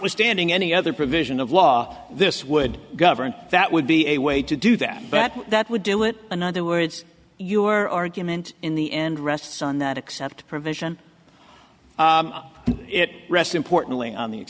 withstanding any other provision of law this would govern that would be a way to do that but that would do it in other words you're argument in the end rests on that except provision it rest importantly on the